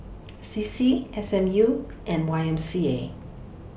C C S M U and Y M C A